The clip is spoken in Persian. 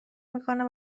میکنه